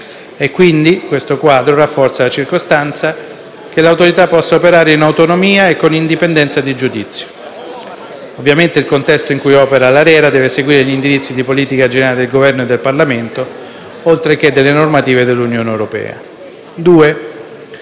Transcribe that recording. quindi, questo quadro rafforza la circostanza che l'Autorità possa operare in autonomia e con indipendenza di giudizio. Ovviamente il contesto in cui opera l'ARERA deve seguire gli indirizzi di politica generale del Governo e del Parlamento oltre che delle normative dell'Unione europea.